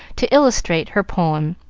to illustrate her poem.